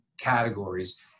categories